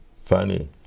funny